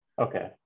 okay